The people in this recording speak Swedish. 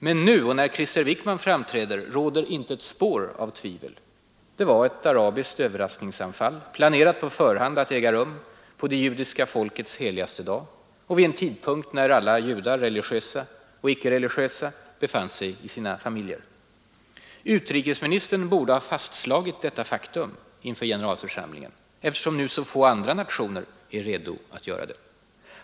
Men nu, och när Krister Wickman framträdde, råder inte ett spår av tvivel. Det var ett arabiskt överraskningsanfall, planerat på förhand att äga rum på det judiska folkets heligaste dag och vid en tidpunkt, när alla judar — religiösa och icke religiösa — befann sig i sina familjer. Utrikesministern borde ha fastslagit detta faktum inför generalförsamlingen, eftersom nu så få andra nationer är redo att göra det.